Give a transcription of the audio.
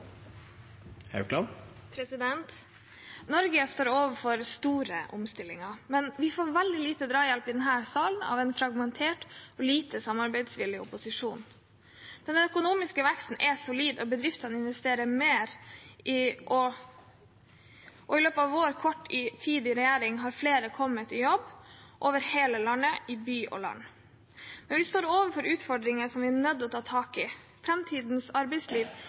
Norge står overfor store omstillinger, men vi får veldig lite drahjelp i denne salen av en fragmentert og lite samarbeidsvillig opposisjon. Den økonomiske veksten er solid, bedriftene investerer mer, og i løpet av vår korte tid i regjering har flere kommet i jobb over hele landet – i by og land. Men vi står overfor utfordringer som vi er nødt til å ta tak i. Framtidens arbeidsliv